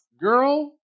girl